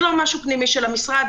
זה לא משהו פנימי של המשרד.